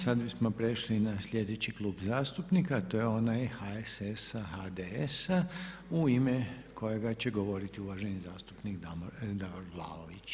Sada bismo prešli na sljedeći Klub zastupnika a to je onaj HSS-a, HDS-a u ime kojega će govoriti uvaženi zastupnik Davor Vlaović.